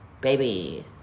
Baby